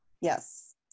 Yes